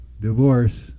divorce